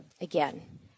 again